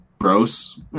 gross